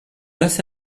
los